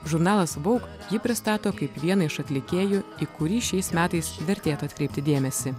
žurnalas voug jį pristato kaip vieną iš atlikėjų į kurį šiais metais vertėtų atkreipti dėmesį